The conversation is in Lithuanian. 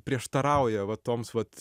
prieštarauja va toms vat